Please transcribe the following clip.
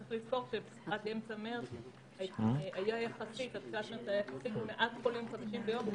צריך לזכור שעד אמצע מרץ היו מעט חולים חדשים ביום.